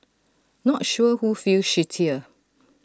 not sure who feels shittier